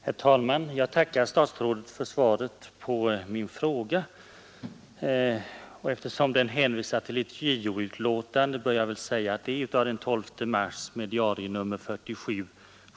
Herr talman! Jag tackar statsrådet för svaret på min fråga, i vilken jag hänvisar till ett JO-utlåtande av den 12 mars 1973 med diarienummer 1947/72.